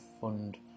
fund